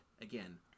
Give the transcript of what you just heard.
Again